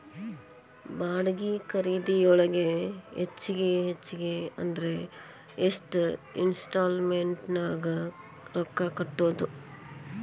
ಬಾಡ್ಗಿ ಖರಿದಿಯೊಳಗ ಹೆಚ್ಗಿ ಹೆಚ್ಗಿ ಅಂದ್ರ ಯೆಷ್ಟ್ ಇನ್ಸ್ಟಾಲ್ಮೆನ್ಟ್ ನ್ಯಾಗ್ ರೊಕ್ಕಾ ಕಟ್ಬೊದು?